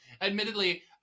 Admittedly